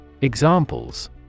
Examples